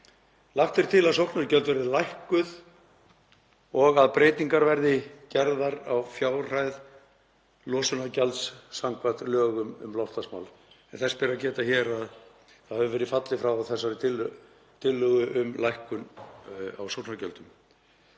Lagt er til að sóknargjöld verði lækkuð og að breytingar verði gerðar á fjárhæð losunargjalds samkvæmt lögum um loftslagsmál. Þess ber að geta að fallið hefur verið frá þessari tillögu um lækkun á sóknargjöldum.